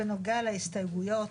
בנוגע להסתייגויות,